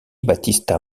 battista